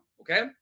okay